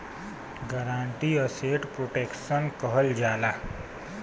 guarantee asset protection कहल जाला